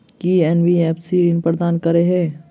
की NBFC ऋण प्रदान करे है?